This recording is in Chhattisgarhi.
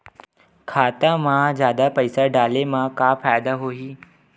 खाता मा जादा पईसा डाले मा का फ़ायदा होही?